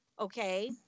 okay